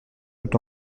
tout